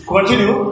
Continue